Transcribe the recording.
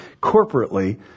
corporately